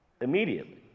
Immediately